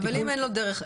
אבל אם אין לו דרך להגיע?